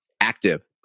active